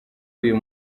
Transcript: uyu